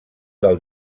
del